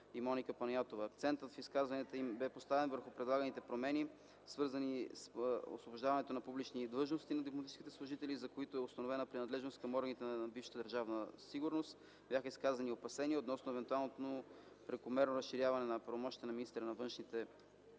и Моника Панайотова. Акцентът в изказванията им бе поставен върху предлаганите промени, свързани с освобождаването от публични длъжности на дипломатически служители, за които е установена принадлежност към органите на бившата Държавна сигурност. Бяха изказани опасения относно евентуално прекомерно разширяване на правомощията на министъра на външните